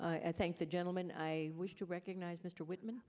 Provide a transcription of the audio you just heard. i thank the gentleman i wish to recognize mr whitman